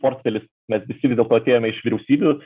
portfelis mes visi vis dėlto atėjome iš vyriausybių